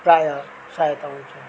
प्राय सहायता हुन्छ